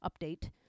update